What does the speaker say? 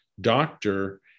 doctor